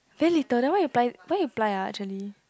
very little then why you ply where you ply ah actually